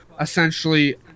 essentially